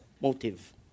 motive